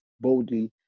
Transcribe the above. boldly